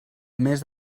més